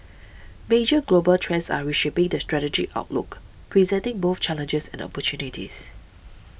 major global trends are reshaping the strategic outlook presenting both challenges and opportunities